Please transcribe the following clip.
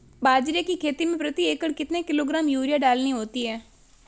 बाजरे की खेती में प्रति एकड़ कितने किलोग्राम यूरिया डालनी होती है?